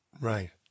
Right